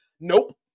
Nope